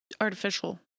Artificial